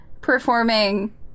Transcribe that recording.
performing